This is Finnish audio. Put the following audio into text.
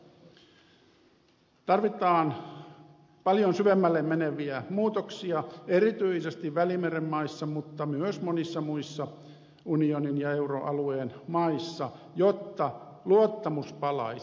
tarvitaan paljon syvemmälle meneviä muutoksia erityisesti välimeren maissa mutta myös monissa muissa unionin ja euroalueen maissa jotta luottamus palaisi